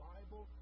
Bible